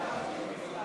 נתקבלה.